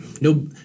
no